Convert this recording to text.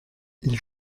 ils